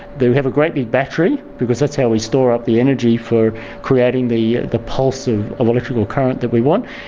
we have a great big battery because that's how we store up the energy for creating the the pulse of of electrical current that we want.